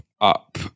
up